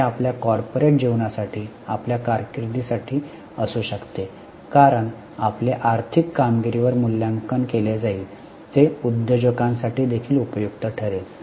हे आपल्या कॉर्पोरेट जीवनासाठी आपल्या कारकीर्दीसाठी असू शकते कारण आपले आर्थिक कामगिरीवर मूल्यांकन केले जाईल ते उद्योजकांसाठी देखील उपयुक्त ठरेल